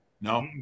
No